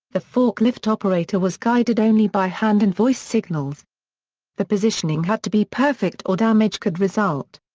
the forklift operator was guided only by hand and voice signals the positioning had to be perfect or damage could result.